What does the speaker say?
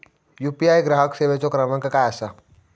UPI ग्राहक सेवेचो क्रमांक काय असा?